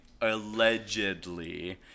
allegedly